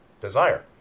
desire